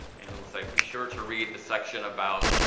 and it will say be sure to read the section about